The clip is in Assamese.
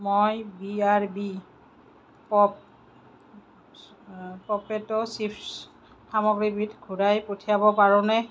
মই বি আৰ বি পপ পপেটো চিপ্ছ সামগ্ৰীবিধ ঘূৰাই পঠিয়াব পাৰোঁনে